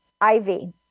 ivy